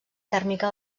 tèrmica